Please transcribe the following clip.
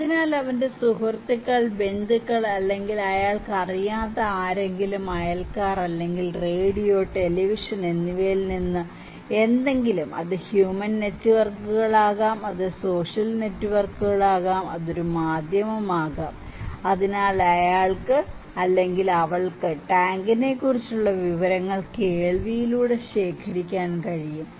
അതിനാൽ അവന്റെ സുഹൃത്തുക്കൾ ബന്ധുക്കൾ അല്ലെങ്കിൽ അയാൾക്ക് അറിയാത്ത ആരെങ്കിലും അയൽക്കാർ അല്ലെങ്കിൽ റേഡിയോ ടെലിവിഷൻ എന്നിവയിൽ നിന്ന് എന്തെങ്കിലും അത് ഹ്യൂമൻ നെറ്റ്വർക്കുകളാകാം അത് സോഷ്യൽ നെറ്റ്വർക്കുകൾ ആകാം ഒരു മാധ്യമമാകാം അതിനാൽ അയാൾക്ക് അല്ലെങ്കിൽ അവൾക്ക് ടാങ്കിനെക്കുറിച്ചുള്ള വിവരങ്ങൾ കേൾവിയിലൂടെ ശേഖരിക്കാൻ കഴിയും